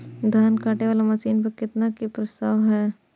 धान काटे वाला मशीन पर केतना के प्रस्ताव हय?